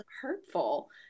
hurtful